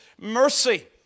mercy